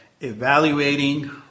evaluating